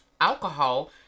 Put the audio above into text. alcohol